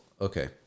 okay